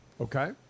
Okay